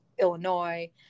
Illinois